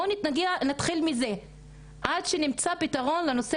בואו נתחיל בזה עד שנמצא פתרון לנושא